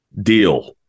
deal